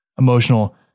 Emotional